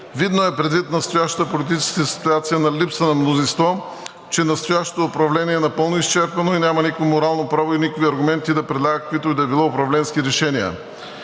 Видно е, предвид настоящата политическа ситуация на липса на мнозинство, че настоящото управление е напълно изчерпано и няма никакво морално право и никакви аргументи да предлага каквито и да било управленски решения.